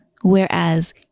Whereas